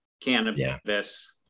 cannabis